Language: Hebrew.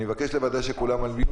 אני מבקש לוודא שכולם על mute.